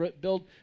build